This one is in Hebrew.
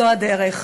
זו הדרך".